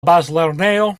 bazlernejo